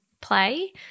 play